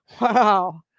wow